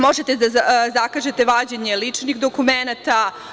Možete da zakažete vađenje ličnih dokumenata.